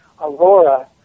Aurora